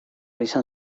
izan